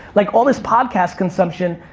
like, all this podcast consumption,